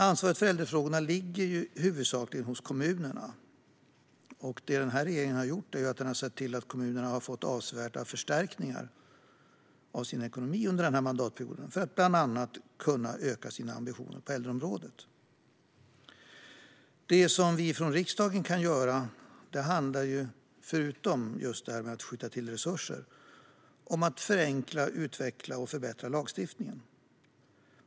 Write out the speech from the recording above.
Ansvaret för äldrefrågorna ligger huvudsakligen hos kommunerna, och denna regering har sett till att kommunerna har fått avsevärda förstärkningar av sin ekonomi under denna mandatperiod för att de bland annat ska kunna öka sina ambitioner på äldreområdet. Det som vi från riksdagen kan göra handlar, förutom att skjuta till resurser, om att förenkla, utveckla och förbättra lagstiftningen.